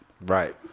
right